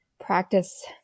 practice